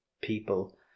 people